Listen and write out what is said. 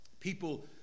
people